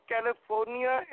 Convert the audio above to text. California